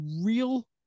real